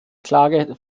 klage